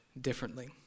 differently